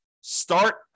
Start